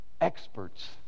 experts